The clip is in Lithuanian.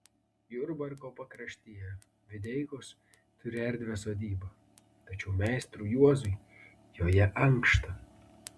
jurbarko pakraštyje videikos turi erdvią sodybą tačiau meistrui juozui joje ankšta